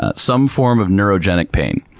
ah some form of neurogenic pain.